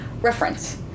reference